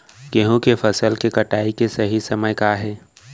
गेहूँ के फसल के कटाई के सही समय का हे?